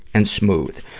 and smooth.